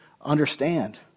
understand